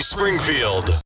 Springfield